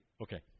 Okay